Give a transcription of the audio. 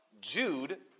Jude